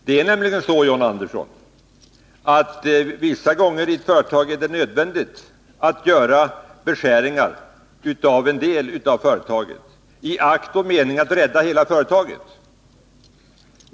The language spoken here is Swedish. Det är nämligen så, John Andersson, att det vissa gånger är nödvändigt att göra beskärningar i en del av ett företag, i akt och mening att rädda hela företaget.